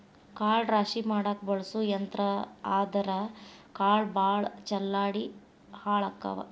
ಕಾಳ ರಾಶಿ ಮಾಡಾಕ ಬಳಸು ಯಂತ್ರಾ ಆದರಾ ಕಾಳ ಭಾಳ ಚಲ್ಲಾಡಿ ಹಾಳಕ್ಕಾವ